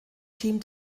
team